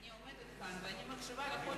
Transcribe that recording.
אדוני היושב-ראש, אני עומדת כאן ומקשיבה לכל מלה.